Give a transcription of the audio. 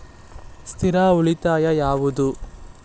ಸ್ಥಿರ ಉಳಿತಾಯ ಯಾವುದು?